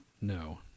No